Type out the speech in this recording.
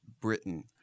Britain